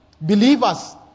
believers